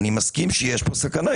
אני מסכים שיש פה סכנה.